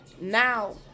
Now